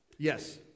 Yes